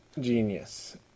genius